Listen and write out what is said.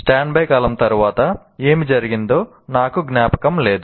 standby కాలం తరువాత ఏమి జరిగిందో నాకు జ్ఞాపకం లేదు